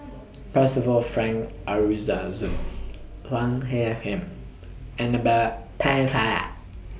Percival Frank Chua He Khim Annabel Pennefather